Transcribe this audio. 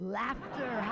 laughter